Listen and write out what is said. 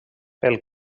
pel